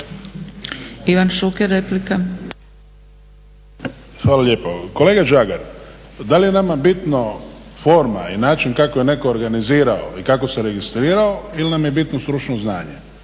Ivan (HDZ)** Hvala lijepo. Kolega Žagar, da li je nama bitna forma i način kako je netko organizirao i kako se registrirao ili nam je bitno stručno znanje?